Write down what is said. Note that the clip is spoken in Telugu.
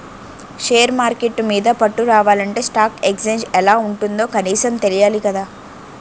షేర్ మార్కెట్టు మీద పట్టు రావాలంటే స్టాక్ ఎక్సేంజ్ ఎలా ఉంటుందో కనీసం తెలియాలి కదా